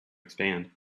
expand